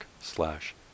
slash